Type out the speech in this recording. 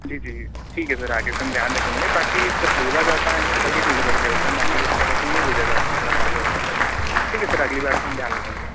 जी जी ठीक है सर आगे से हम ध्यान रखेंगे बाक़ी जब बोला जाता है हमें तभी डिलेवर करते हैं बाक़ी ऐसे नहीं भेजा जाता सर हमारी ओर से ठीक है सर अगली बार से हम ध्यान रखेंगे